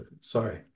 Sorry